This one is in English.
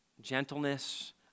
gentleness